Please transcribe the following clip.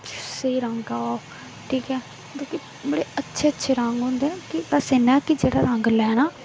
स्हेई रंग ऐ ओह् ठीक ऐ मतलब कि अच्छे अच्छे रंग होंदे बस इन्ना ऐ कि जेह्ड़ा रंग लैना